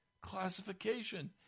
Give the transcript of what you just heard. classification